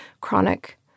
chronic